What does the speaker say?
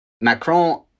Macron